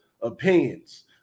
opinions